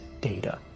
data